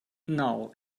now